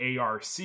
ARC